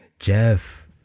Jeff